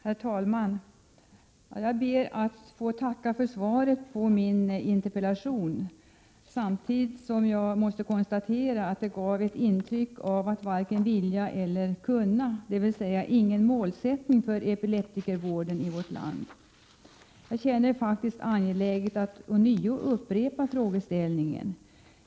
Herr talman! Jag ber att få tacka för svaret på min interpellation. Samtidigt måste jag konstatera att det gav ett intryck av att varken vilja eller kunna — dvs. ingen målsättning för epileptikervården i vårt land. Jag känner faktiskt att det är angeläget att ånyo upprepa frågeställningen.